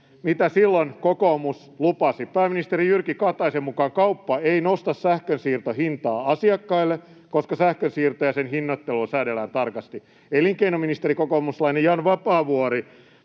mitä silloin kokoomus lupasi: Pääministeri Jyrki Kataisen mukaan kauppa ei nosta sähkönsiirtohintaa asiakkaille, koska sähkönsiirtoa ja sen hinnoittelua säädellään tarkasti. Elinkeinoministeri, kokoomuslainen Jan Vapaavuori